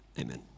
Amen